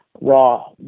raw